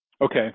Okay